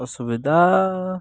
ᱚᱥᱩᱵᱤᱫᱷᱟ